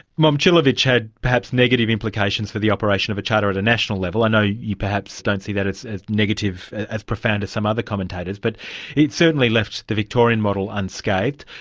momcilovic had perhaps negative implications for the operation of a charter at a national level. i know you perhaps don't see that as negative, as profound as some other commentators, but it certainly left the victorian model unscathed.